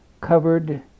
covered